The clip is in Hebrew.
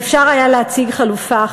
ואפשר היה להציג חלופה.